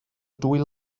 dwy